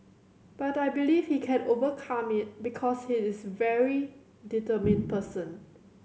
but I believe he can overcome it because he is a very determined person